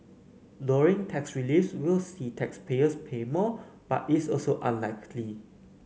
lowering tax reliefs will see taxpayers pay more but is also unlikely